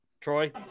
Troy